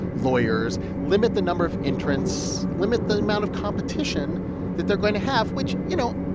lawyers. limit the number of entrants. limit the amount of competition that they're going to have, which, you know,